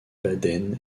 baden